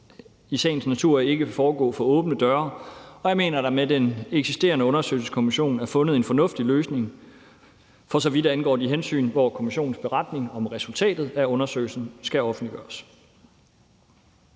i sagens natur ikke foregå for åbne døre, og jeg mener, at der med den eksisterende undersøgelseskommission er fundet en fornuftig løsning, for så vidt angår de hensyn, hvor kommissionens beretning om resultatet af undersøgelsen skal offentliggøres.